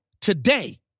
today